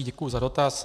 Děkuji za dotaz.